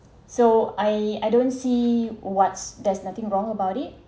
so I I don't see what's there's nothing wrong about it